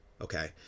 Okay